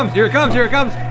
um here it comes, here it comes.